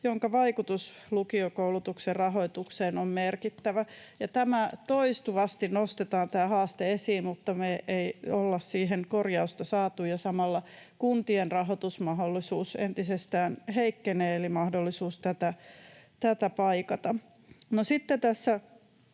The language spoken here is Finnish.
jonka vaikutus lukiokoulutuksen rahoitukseen on merkittävä.” Tämä haaste nostetaan toistuvasti esiin, mutta me ei olla siihen korjausta saatu, ja samalla kuntien rahoitusmahdollisuus entisestään heikkenee eli mahdollisuus tätä paikata.